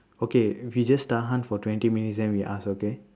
okay we just tahan for twenty minutes then we ask okay